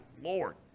Lord